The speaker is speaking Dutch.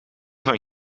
van